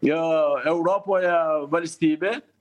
jo europoje valstybė